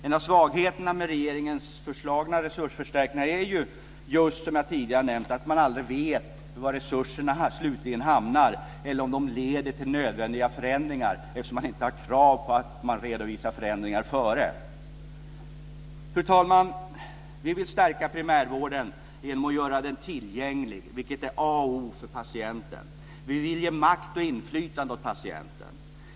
En av svagheterna med regeringens föreslagna resursförstärkningar är just, som jag tidigare nämnt, att man aldrig vet var resurserna slutligen hamnar eller om de leder till nödvändiga förändringar, eftersom det inte ställs krav på att förändringar redovisas i förväg. Fru talman! Vi vill stärka primärvården genom att göra den tillgänglig, vilket är A och O för patienten. Vi vill ge makt och inflytande åt patienten.